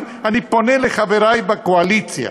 אני פונה לחברי בקואליציה,